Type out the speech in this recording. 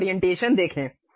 अब ओरिएंटेशन देखें